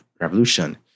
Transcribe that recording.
revolution